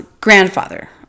grandfather